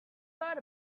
heard